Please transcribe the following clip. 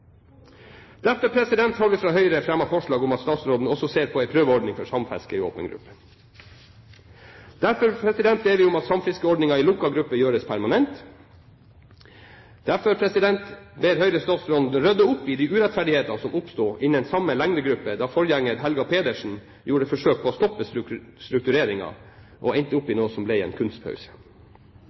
Derfor har vi fra Høyre fremmet forslag om at statsråden også ser på en prøveordning for samfiske i åpen gruppe. Derfor ber vi om at samfiskeordningen i lukket gruppe gjøres permanent. Derfor ber Høyre statsråden rydde opp i de urettferdighetene som oppsto innen samme lengdegruppe da forgjengeren Helga Pedersen gjorde et forsøk på å stoppe struktureringen og endte opp i noe som ble en kunstpause.